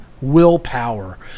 willpower